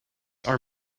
are